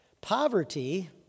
poverty